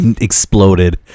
exploded